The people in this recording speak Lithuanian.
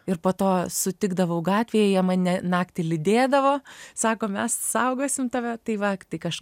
ir po to sutikdavau gatvėj jie mane naktį lydėdavo sako mes saugosim tave tai va tik aš